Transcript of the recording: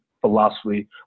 philosophy